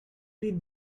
did